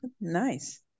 Nice